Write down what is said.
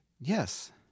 Yes